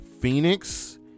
Phoenix